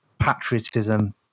patriotism